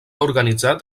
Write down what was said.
organitzat